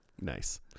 Nice